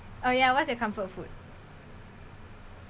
oh ya what's your comfort food